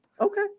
Okay